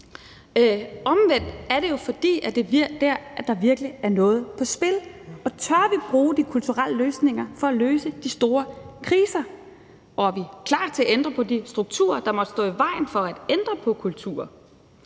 Omvendt er det jo, fordi det bliver der, der virkelig er noget på spil. Tør vi bruge de kulturelle løsninger til at løse de store kriser? Er vi klar til at ændre på de strukturer, der måtte stå i vejen for at ændre på kulturen,